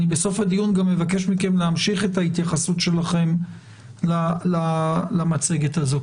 בסוף הדיון אבקש מכם להמשיך את ההתייחסות שלכם למצגת הזאת.